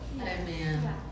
Amen